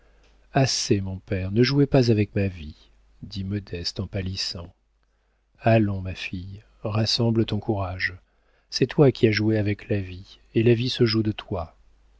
assez mon père ne jouez pas avec ma vie dit modeste en pâlissant allons ma fille rassemble ton courage c'est toi qui as joué avec la vie et la vie se joue de toi